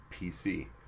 PC